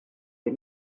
des